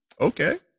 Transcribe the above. Okay